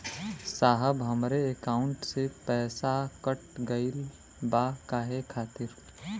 साहब हमरे एकाउंट से पैसाकट गईल बा काहे खातिर?